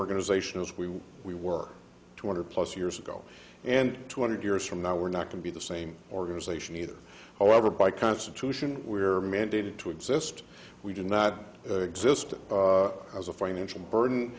organization as we we were two hundred plus years ago and two hundred years from now we're not going to be the same organization either however by constitution we are mandated to exist we do not exist as a financial burden